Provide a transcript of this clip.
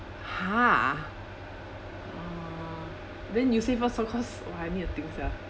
!huh! uh then you say first lor cause oh I need to think sia